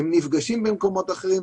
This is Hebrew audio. הם נפגשים במקומות אחרים.